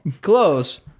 Close